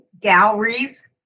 galleries